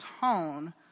tone